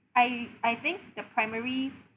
I I think the primary